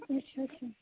अच्छा अच्छा